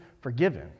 forgiven